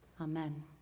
Amen